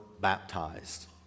baptized